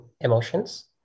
emotions